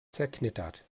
zerknittert